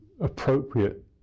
appropriate